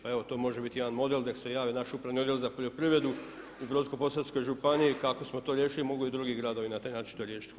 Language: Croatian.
Pa evo to može biti jedan model, nek se javi naš upravni model za poljoprivredu u Brodsko-posavskoj županiji, kako smo to riješili, mogu i drugi gradovi na taj način to riješiti.